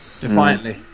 Defiantly